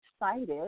excited